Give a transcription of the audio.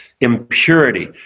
impurity